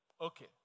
Okay